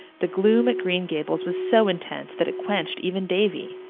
the gloom at green gables was so intense that it quenched even davy.